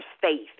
faith